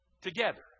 together